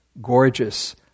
gorgeous